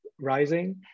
rising